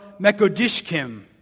Mekodishkim